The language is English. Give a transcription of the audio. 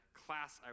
class